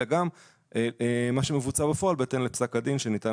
אלא גם מה שמבוצע בפועל בהתאם לפסק הדין שניתן